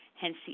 hence